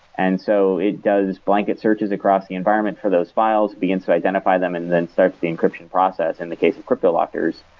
and so it does blanket searches across the environment for those files, begin to identify them and then starts the encryption process in the case of crypto lockers,